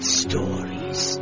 stories